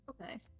Okay